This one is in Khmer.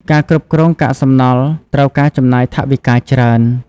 ការគ្រប់គ្រងកាកសំណល់ត្រូវការចំណាយថវិកាច្រើន។